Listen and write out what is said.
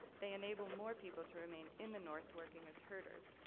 they enable more people to remain in the north working as herders.